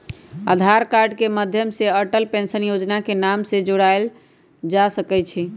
आधार card के माध्यम से अटल पेंशन जोजना में नाम जोरबायल जा सकइ छै